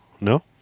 No